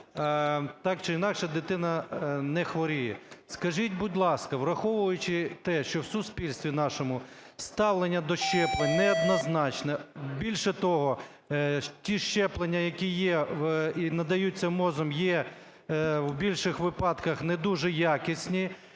так чи інакше дитина не хворіє. Скажіть, будь ласка, враховуючи те, що в суспільстві нашому ставлення до щеплень неоднозначне, більше того, ті щеплення, які є і надаються МОЗом, є в більших випадках не дуже якісні,